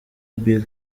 bill